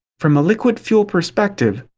from a liquid fuel perspective,